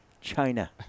China